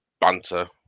banter